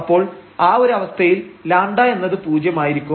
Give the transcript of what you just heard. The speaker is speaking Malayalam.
അപ്പോൾ ആ ഒരു അവസ്ഥയിൽ λ എന്നത് പൂജ്യമായിരിക്കും